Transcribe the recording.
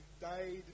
died